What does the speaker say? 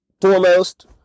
foremost